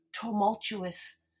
tumultuous